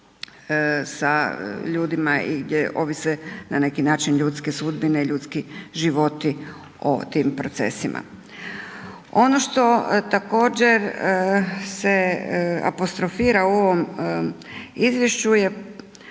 sa ljudima i gdje ovise na neki način, ljudske sudbine i ljudski životi o tim procesima. Ono što također se apostrofira u ovom izvješću je